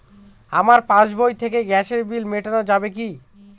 আমার পাসবই থেকে গ্যাসের বিল মেটানো যাবে কি?